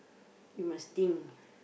you must think